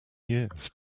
years